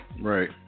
right